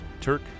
Turk